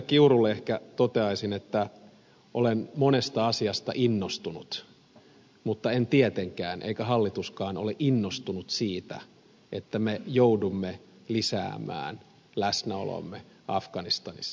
kiurulle ehkä toteaisin että olen monesta asiasta innostunut mutta en tietenkään eikä hallituskaan ole innostunut siitä että me joudumme lisäämään läsnäoloamme afganistanissa